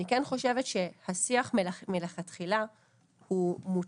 אני כן חושבת שהשיח מלכתחילה הוא מוטה,